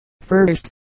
first